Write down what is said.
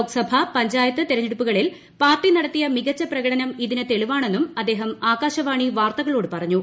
ലോക്സഭാ പഞ്ചായത്ത് തെരഞ്ഞെടുപ്പുകളിൽ പാർട്ടി നടത്തിയ മികച്ച പ്രകടനം ഇതിന് തെളിവാണെന്നും അദ്ദേഹം ആകാശവാണി വാർത്തകളോട് പറഞ്ഞു